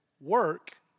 work